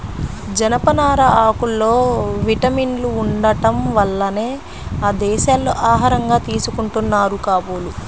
జనపనార ఆకుల్లో విటమిన్లు ఉండటం వల్లనే ఆ దేశాల్లో ఆహారంగా తీసుకుంటున్నారు కాబోలు